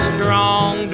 Strong